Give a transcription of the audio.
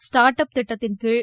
start up திட்டத்தின்கீழ்